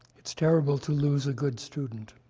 it's terrible to lose a good student.